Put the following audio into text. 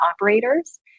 operators